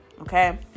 okay